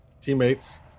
Teammates